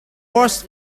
was